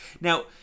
Now